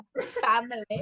Family